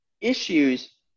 issues